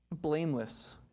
blameless